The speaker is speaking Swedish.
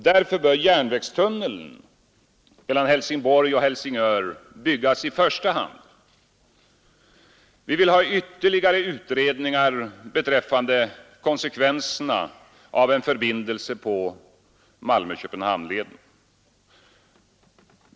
Därför bör järnvägstunneln mellan Helsingborg och Helsingör byggas i första hand. Vi vill ha ytterligare utredningar beträffande konsekvenserna av en förbindelse på Malmö-Köpenhamnleden.